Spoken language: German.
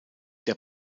der